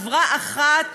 חברה אחת,